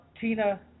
Tina